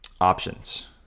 options